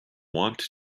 want